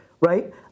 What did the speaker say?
right